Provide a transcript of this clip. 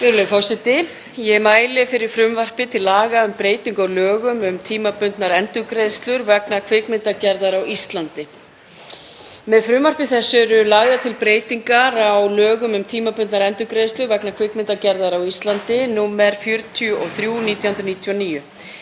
Virðulegur forseti. Ég mæli fyrir frumvarpi til laga um breytingu á lögum um tímabundnar endurgreiðslur vegna kvikmyndagerðar á Íslandi. Með frumvarpinu eru lagðar til breytingar á lögum um tímabundnar endurgreiðslur vegna kvikmyndagerðar á Íslandi, nr. 43/1999.